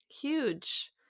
huge